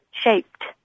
shaped